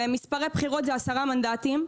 מספרי בחירות זה 10 מנדטים.